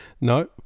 No